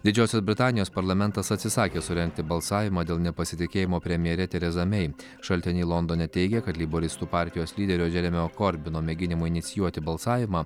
didžiosios britanijos parlamentas atsisakė surengti balsavimą dėl nepasitikėjimo premjere tereza mei šaltiniai londone teigia kad leiboristų partijos lyderio džeremio korbino mėginimui inicijuoti balsavimą